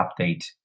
update